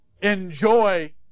enjoy